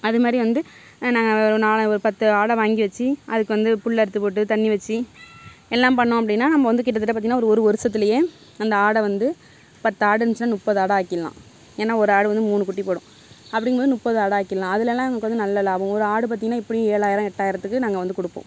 அதுமாதிரி வந்து நான் நான் ஒரு பத்து ஆடு வாங்கி வச்சு அதுக்கு வந்து புல் அறுத்து போட்டு தண்ணி வச்சு எல்லாம் பண்ணிணோம் அப்படினா நம்ம வந்து கிட்டத்தட்ட பார்த்திங்கனா ஒரு வருடத்துலையே அந்த ஆடை வந்து பத்து ஆடு இருந்துச்சுனால் முப்பது ஆடாக ஆக்கிடலாம் ஏன்னால் ஒரு ஆடு வந்து மூணு குட்டி போடும் அப்படிங்கும் போது முப்பது ஆடு ஆக்கிடலாம் அதிலலாம் எங்களுக்கு வந்து நல்ல லாபம் ஒரு ஆடு பார்த்திங்கனா எப்படியும் ஏழாயிரம் எட்டாயிரத்துக்கு நாங்கள் வந்து கொடுப்போம்